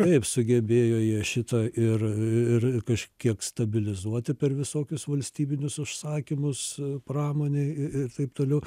taip sugebėjo jie šitą ir ir kažkiek stabilizuoti per visokius valstybinius užsakymus pramonę ir taip toliau